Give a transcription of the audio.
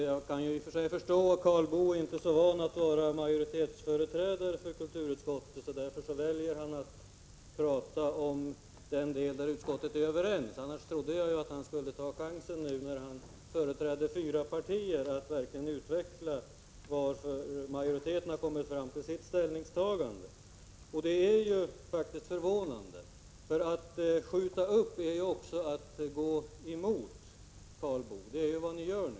Herr talman! Jag kan i och för sig förstå att Karl Boo inte är så van att vara företrädare för majoriteten i kulturutskottet. Därför valde han att prata om den del där utskottet är överens. Det är ju faktiskt förvånande. Jag trodde att han skulle ta chansen nu när han företrädde fyra partier att verkligen utveckla varför majoriteten har kommit fram till sitt ställningstagande. Att skjuta upp är också att gå emot, Karl Boo. Det är vad ni gör nu.